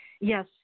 Yes